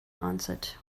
answered